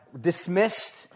dismissed